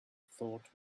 thought